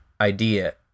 idea